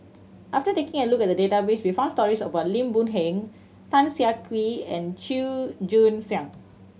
after taking a look at the database we found stories about Lim Boon Heng Tan Siah Kwee and Chua Joon Siang